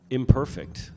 imperfect